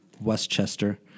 Westchester